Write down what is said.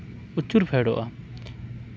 ᱩᱪᱩᱨ ᱯᱷᱮᱰᱚᱜᱼᱟ